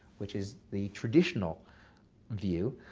which is the traditional view.